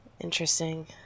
Interesting